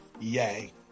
yay